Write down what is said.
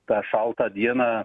tą šaltą dieną